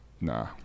nah